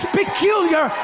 peculiar